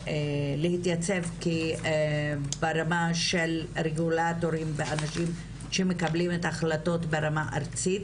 להתייצב ברמה של רגולטורים ואנשים שמקבלים החלטות ברמה ארצית.